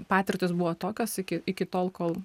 patirtys buvo tokios iki iki tol kol